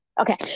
Okay